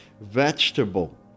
vegetable